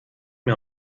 mir